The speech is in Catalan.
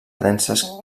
denses